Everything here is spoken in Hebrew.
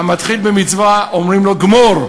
"המתחיל במצווה אומרים לו גמור",